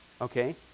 okay